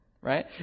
Right